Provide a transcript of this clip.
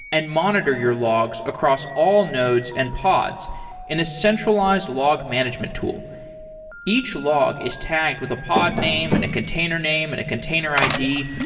and monitor your logs across all nodes and pods in a centralized log management tool each log is tagged with the pod name, and a container name, and a container id,